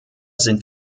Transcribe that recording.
sind